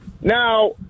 Now